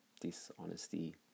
dishonesty